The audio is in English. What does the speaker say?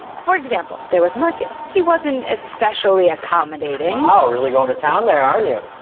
for example, there was marcus. he wasn't especially accommodating. wow, really going to town there aren't you?